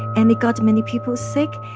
and it got many people sick.